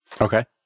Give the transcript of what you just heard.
Okay